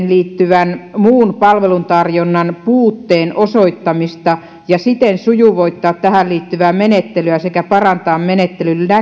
liittyvän muun palveluntarjonnan puutteen osoittamista ja siten sujuvoittaa tähän liittyvää menettelyä sekä parantaa menettelyn